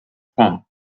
fun